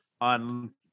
on